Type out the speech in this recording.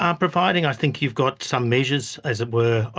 um providing i think you've got some measures, as it were,